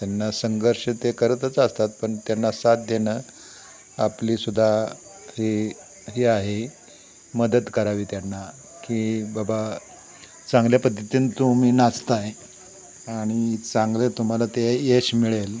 त्यांना संघर्ष ते करतच असतात पण त्यांना साथ देणं आपली सुद्धा ही हे आहे मदत करावी त्यांना की बाबा चांगल्या पद्धतीनं तुम्ही नाचताय आणि चांगले तुम्हाला ते यश मिळेल